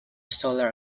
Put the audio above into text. solar